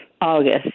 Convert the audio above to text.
August